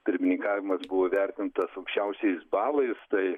pirmininkavimas buvo įvertintas aukščiausiais balais tai